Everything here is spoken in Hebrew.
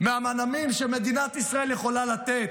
מהמנעמים שמדינת ישראל יכולה לתת,